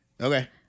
Okay